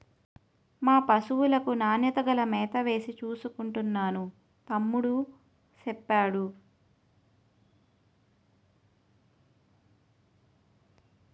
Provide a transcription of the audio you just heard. మా పశువులకు నాణ్యత గల మేతవేసి చూసుకుంటున్నాను తమ్ముడూ సెప్పేడు